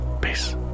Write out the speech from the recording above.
peace